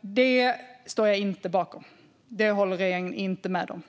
Det står jag inte bakom. Det håller regeringen inte med om.